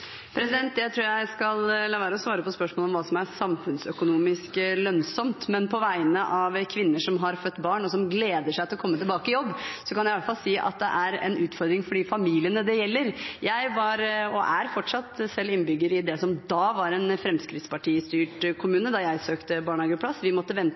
lønnsomt, men på vegne av kvinner som har født barn og som gleder seg til å komme tilbake i jobb, kan jeg iallfall si at det er en utfordring for de familiene det gjelder. Jeg var og er fortsatt selv innbygger i det som da var en fremskrittspartistyrt kommune, da jeg søkte barnehageplass. Vi måtte vente